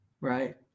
right